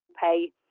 pay